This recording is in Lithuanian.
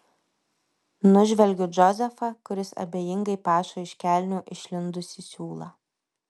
nužvelgiu džozefą kuris abejingai pašo iš kelnių išlindusį siūlą